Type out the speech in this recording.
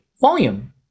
volume